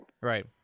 Right